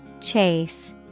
Chase